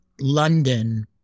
London